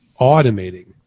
automating